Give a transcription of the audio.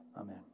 Amen